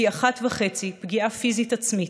פי 1.5 פגיעה פיזית עצמית,